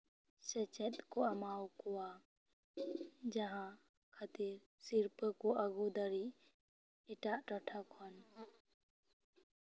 ᱥᱮᱪᱮᱫ ᱠᱚ ᱮᱢᱟᱣ ᱠᱚᱣᱟ ᱡᱟᱦᱟᱸ ᱠᱷᱟᱹᱛᱤᱨ ᱥᱤᱨᱯᱟᱹ ᱠᱚ ᱟᱹᱜᱩ ᱫᱟᱲᱮᱜ ᱮᱴᱟᱜ ᱴᱚᱴᱷᱟ ᱠᱷᱚᱱ